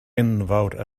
enfawr